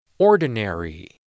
ordinary